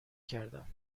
کردم